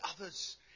others